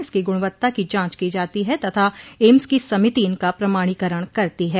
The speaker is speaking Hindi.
इसकी गुणवत्ता की जांच की जाती है तथा एम्स की समिति इनका प्रमाणीकरण करती है